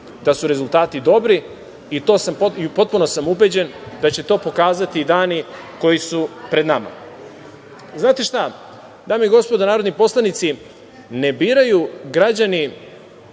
da su rezultati dobri i u to sam potpuno ubeđen da će to pokazati dani koji su pred nama. Znate šta, dame i gospodo narodni poslanici, ne biraju građani